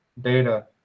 data